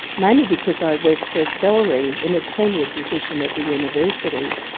mainly because i worked for a salary in a tenured position at the university,